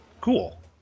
cool